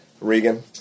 Regan